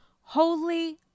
Holy